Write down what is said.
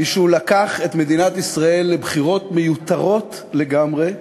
היא שהוא לקח את מדינת ישראל לבחירות מיותרות לגמרי,